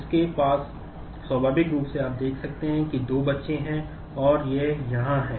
उसके पास स्वाभाविक रूप से आप देख सकते हैं कि दो बच्चे हैं और यह यहाँ है